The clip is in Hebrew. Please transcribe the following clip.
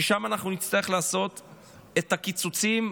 ששם אנחנו נצטרך לעשות את הקיצוצים,